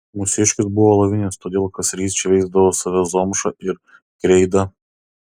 mūsiškis buvo alavinis todėl kasryt šveisdavo save zomša ir kreida